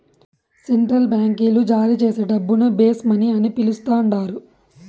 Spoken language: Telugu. సెంట్రల్ బాంకీలు జారీచేసే డబ్బును బేస్ మనీ అని పిలస్తండారు